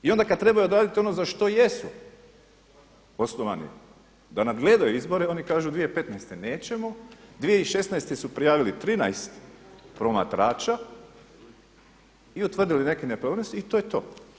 I onda kad trebaju odraditi ono za što jesu osnovani da nadgledaju izbore oni kažu 2015. nećemo, 2016. su prijavili 13 promatrača i utvrdili neke nepravilnosti i to je to.